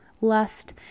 lust